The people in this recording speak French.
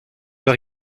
vers